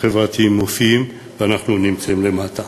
החברתיים, ואנחנו נמצאים למטה.